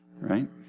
right